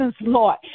Lord